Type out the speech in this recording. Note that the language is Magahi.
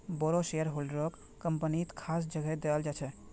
बोरो शेयरहोल्डरक कम्पनीत खास जगह दयाल जा छेक